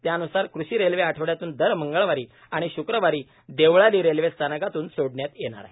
त्यान्सार कृषीरेल्वे आठवड्यात्न दर मंगळवारी आणि शुक्रवारी देवळाली रेल्वे स्थानकातून सोडण्यात येणार आहे